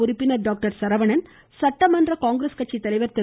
உறுப்பினர் டாக்டர் சரவணன் சட்டமன்ற காங்கிரஸ் கட்சி தலைவர் திரு